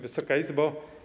Wysoka Izbo!